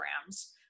programs